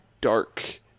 dark